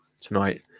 tonight